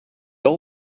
all